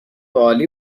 عالی